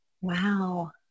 Wow